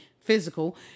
physical